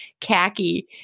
khaki